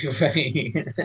Right